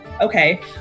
Okay